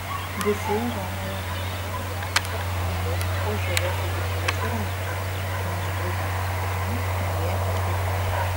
visi romoje manė jog cr bus pražuvęs egiptiečių rankose nes būtent tą jie ir girdėjo